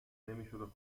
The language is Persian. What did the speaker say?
نمیشدو